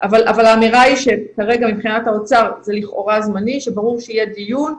אבל האמירה היא שכרגע מבחינת האוצר זה לכאורה זמני כשברור שיהיה דיון.